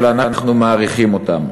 של: אנחנו מעריכים אותם.